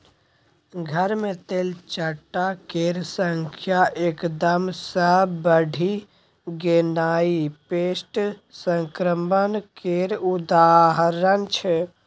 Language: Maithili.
घर मे तेलचट्टा केर संख्या एकदम सँ बढ़ि गेनाइ पेस्ट संक्रमण केर उदाहरण छै